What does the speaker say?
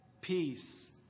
Peace